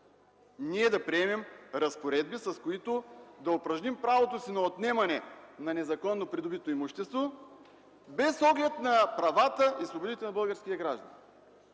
да приемем разпоредби, с които да упражним правото си на отнемане на незаконно придобито имущество, без оглед на правата и свободите на българския гражданин.